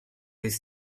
jest